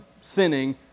sinning